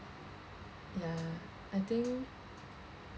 ya I think